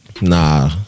Nah